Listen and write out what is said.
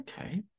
okay